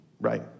right